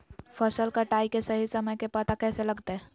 फसल कटाई के सही समय के पता कैसे लगते?